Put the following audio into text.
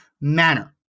manner